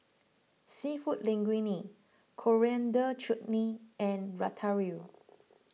Seafood Linguine Coriander Chutney and Ratatouille